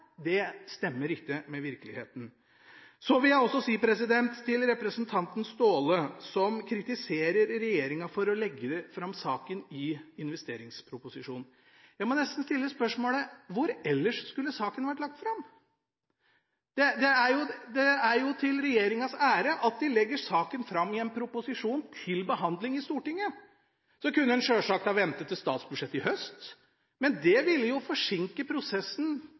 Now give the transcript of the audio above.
Det stemmer ikke med virkeligheten. Så til representanten Staahle, som kritiserer regjeringen for å legge fram saken i investeringsproposisjonen. Jeg må nesten stille spørsmålet: Hvor ellers skulle saken vært lagt fram? Det er til regjeringens ære at en legger fram saken i en proposisjon til behandling i Stortinget. En kunne selvsagt ha ventet til statsbudsjettet i høst, men det ville forsinket prosessen